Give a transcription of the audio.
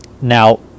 Now